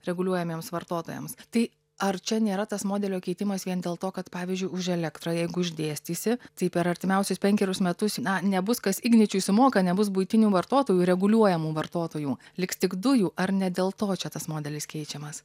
reguliuojamiems vartotojams tai ar čia nėra tas modelio keitimas vien dėl to kad pavyzdžiui už elektrą jeigu išdėstysi tai per artimiausius penkerius metus nebus kas igničiui sumoka nebus buitinių vartotojų reguliuojamų vartotojų liks tik dujų ar ne dėl to čia tas modelis keičiamas